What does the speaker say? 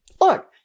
Look